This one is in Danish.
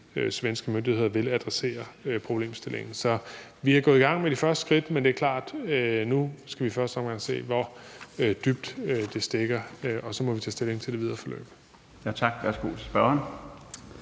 svenske myndigheder vil adressere problemstillingen. Så vi er gået i gang med de første skridt, men det er klart, at vi nu i første omgang skal se på, hvor dybt det stikker, og så må vi tage stilling til det videre forløb. Kl. 14:02 Den